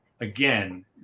again